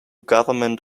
government